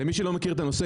למי שלא מכיר את הנושא,